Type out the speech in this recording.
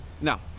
Now